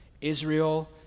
Israel